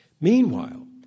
Meanwhile